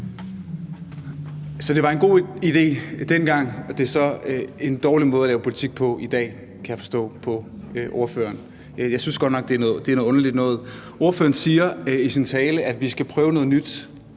Så det var en god idé dengang, og det er så en dårlig måde at lave politik på i dag, kan jeg forstå på ordføreren. Jeg synes godt nok, det er noget underligt noget. Ordføreren siger i sin tale, at vi skal prøve noget nyt,